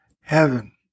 heaven